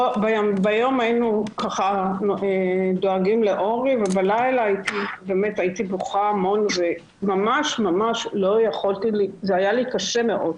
ביום היינו דואגים לו ובלילה הייתי בוכה המון וזה היה לי קשה מאוד.